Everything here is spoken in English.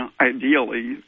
ideally